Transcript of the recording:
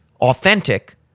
authentic